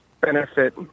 benefit